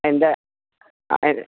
എൻ്റെ